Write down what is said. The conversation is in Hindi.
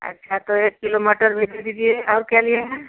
अच्छा तो एक किलो मटर भी दे दीजिए और क्या लिए है